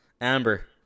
Amber